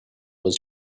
was